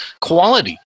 quality